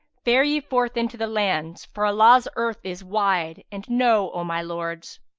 fare ye forth into the lands, for allah's earth is wide and know, o my lords,